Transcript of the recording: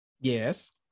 yes